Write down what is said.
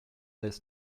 this